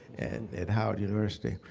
and at howard university.